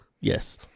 yes